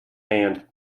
hand